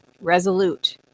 resolute